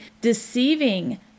deceiving